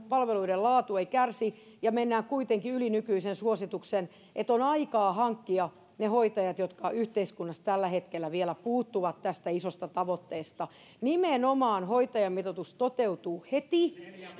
palveluiden laatu ei kärsi ja mennään kuitenkin yli nykyisen suosituksen että on aikaa hankkia ne hoitajat jotka yhteiskunnasta tällä hetkellä vielä puuttuvat tästä isosta tavoitteesta nimenomaan hoitajamitoitus toteutuu heti